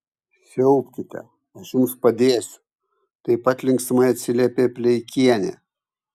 siaubkite aš jums padėsiu taip pat linksmai atsiliepė pleikienė